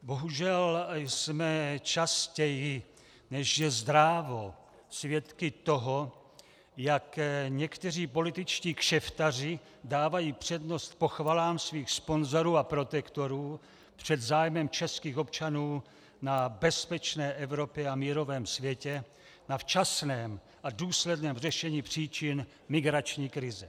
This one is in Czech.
Bohužel jsme častěji, než je zdrávo, svědky toho, jak někteří političtí kšeftaři dávají přednost pochvalám svých sponzorů a protektorů před zájmem českých občanů na bezpečné Evropě a mírovém světě, na včasném a důsledném řešení příčin migrační krize.